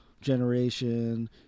generation